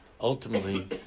ultimately